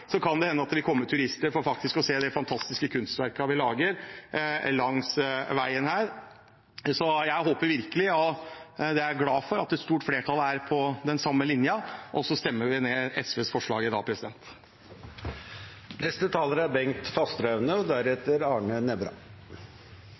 lager langs veien her. Så jeg er glad for at et stort flertall er på den samme linja, og så stemmer vi ned SVs forslag i dag. Det er viktig at det bygges ut samfunnsøkonomisk lønnsomme samferdselsprosjekter som bidrar til robuste bo- og